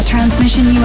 Transmission